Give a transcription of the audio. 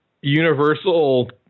universal